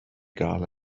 gael